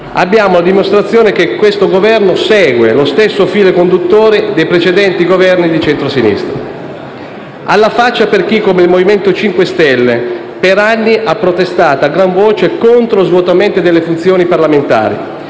abbiamo la dimostrazione che questo Governo segue lo stesso filo conduttore dei precedenti Governi di centro sinistra. Alla faccia per chi, come il MoVimento 5 Stelle, per anni ha protestato a gran voce contro lo svuotamento delle funzioni parlamentari